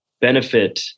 benefit